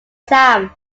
sam